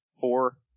Four